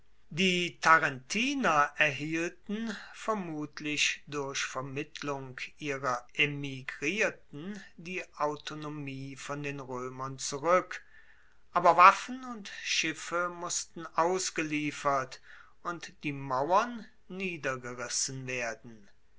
die tarentiner erhielten vermutlich durch vermittlung ihrer emigrierten die autonomie von den roemern zurueck aber waffen und schiffe mussten ausgeliefert und die mauern niedergerissen werden